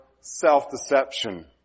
self-deception